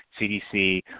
CDC